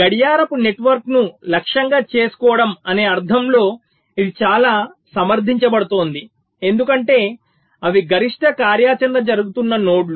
గడియారపు నెట్వర్క్ను లక్ష్యంగా చేసుకోవడం అనే అర్థంలో ఇది చాలా సమర్థించబడుతోంది ఎందుకంటే అవి గరిష్ట కార్యాచరణ జరుగుతున్న నోడ్లు